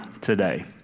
today